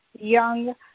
young